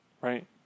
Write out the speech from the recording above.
right